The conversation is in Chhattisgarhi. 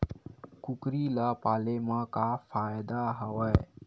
कुकरी ल पाले म का फ़ायदा हवय?